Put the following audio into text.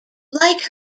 like